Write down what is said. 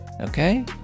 okay